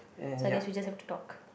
so I guess we just have to talk